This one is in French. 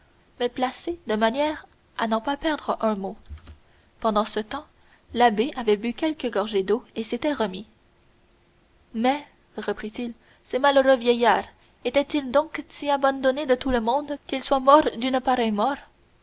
mais placée de manière à n'en pas perdre un mot pendant ce temps l'abbé avait bu quelques gorgées d'eau et s'était remis mais reprit-il ce malheureux vieillard était-il donc si abandonné de tout le monde qu'il soit mort d'une pareille